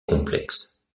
complexe